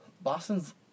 Boston's